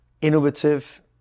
innovative